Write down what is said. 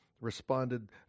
Responded